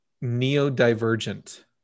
Neo-divergent